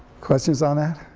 questions on that?